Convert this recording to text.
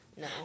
No